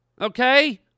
Okay